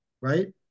Right